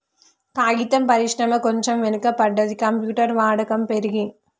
కాగితం పరిశ్రమ కొంచెం వెనక పడ్డది, కంప్యూటర్ వాడకం పెరిగి